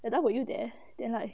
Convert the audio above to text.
that time were you there then like